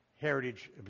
heritage